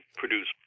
produce